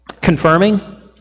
confirming